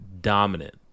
dominant